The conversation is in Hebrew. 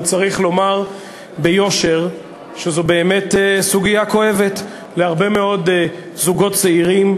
וצריך לומר ביושר שזו באמת סוגיה כואבת להרבה מאוד זוגות צעירים,